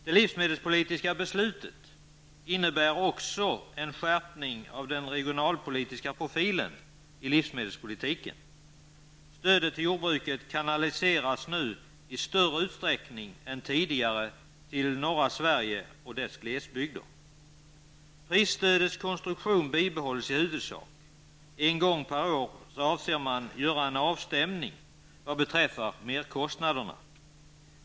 Det livsmedelspolitiska beslutet innebär också en skärpning av den regionalpolitiska profilen i livsmedelspolitiken. Stödet till jordbruket kanaliseras nu i större utsträckning än tidigare till norra Sverige och dess glesbygder. Prisstödets konstruktion bibehålles i huvudsak. En gång per år avser man att göra en avstämning vad beträffar merkostnaderna.